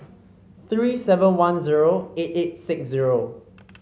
three seven one zero eight eight six zero